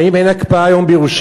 האם אין הקפאה היום בירושלים,